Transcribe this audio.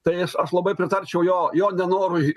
tai aš aš labai pritarčiau jo jo norui